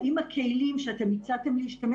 האם הכלים שאתם הצעתם להשתמש